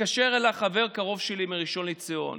התקשר אליי חבר קרוב שלי מראשון לציון